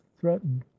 threatened